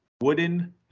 wooden